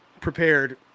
prepared